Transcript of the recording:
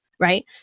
Right